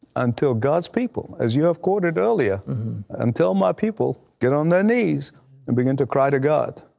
until god's people as you have quoted earlier until my people get on their knees and begin to cry to god,